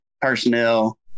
personnel